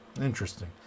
interesting